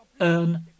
earn